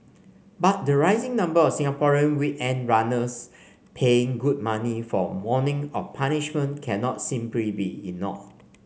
but the rising number of Singaporean weekend runners paying good money for morning of punishment cannot simply be ignored